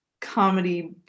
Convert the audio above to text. comedy